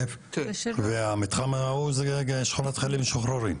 והמתחם ההוא זה שכונת חיילים משוחררים.